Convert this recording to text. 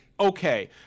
Okay